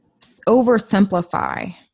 oversimplify